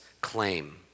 claim